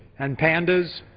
and pandas.